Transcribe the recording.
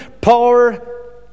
Power